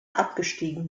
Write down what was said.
abgestiegen